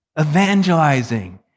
evangelizing